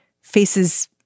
faces